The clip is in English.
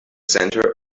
center